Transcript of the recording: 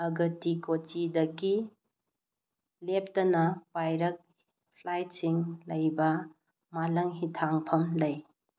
ꯑꯒꯇꯤ ꯀꯣꯆꯤꯗꯒꯤ ꯂꯦꯞꯇꯅ ꯄꯥꯏꯔꯛꯄ ꯐ꯭ꯂꯥꯏꯠꯁꯤꯡ ꯂꯩꯕ ꯃꯥꯂꯪ ꯍꯤꯊꯥꯡꯐꯝ ꯂꯩ